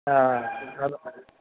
ꯑꯥ ꯑꯗꯨꯅ ꯈꯔ ꯅꯨꯉꯥꯏꯅꯤ